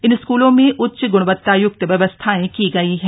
इन स्कूलों में उच्च ग्णवतायुक्त व्यवस्थाएं की गई है